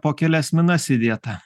po kelias minas įdėta